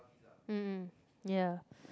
mm ya